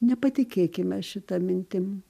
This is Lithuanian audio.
nepatikėkime šitą mintim